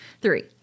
Three